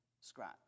scratch